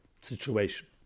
situation